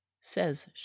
says